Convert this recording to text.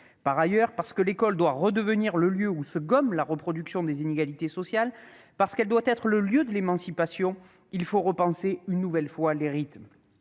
Par ailleurs, parce que l'école doit redevenir le lieu où se gomme la reproduction des inégalités sociales, parce qu'elle doit être le lieu de l'émancipation, il faut repenser une nouvelle fois les rythmes.